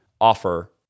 offer